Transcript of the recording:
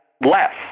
less